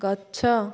ଗଛ